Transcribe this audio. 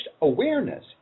awareness